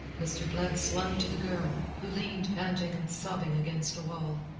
mr. blood swung to the girl, who leaned panting and sobbing against a wall.